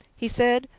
he said,